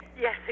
Yes